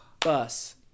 Bus